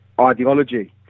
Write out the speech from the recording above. ideology